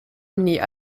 nie